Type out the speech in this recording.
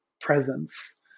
presence